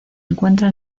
encuentra